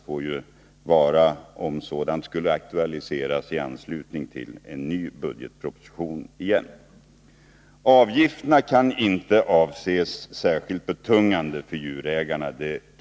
Om höjningar skulle aktualiseras får det ske i anslutning till en ny budgetproposition. Avgifterna kan inte vara särskilt betungande för djurägarna.